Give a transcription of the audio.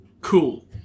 cool